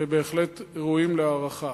ובהחלט ראויים להערכה.